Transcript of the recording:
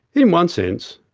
in one sense,